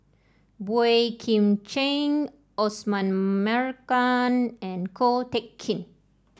Boey Kim Cheng Osman Merican and Ko Teck Kin